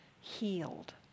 healed